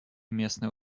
местные